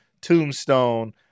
tombstone